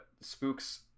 Spook's